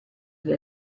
gli